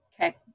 Okay